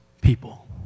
people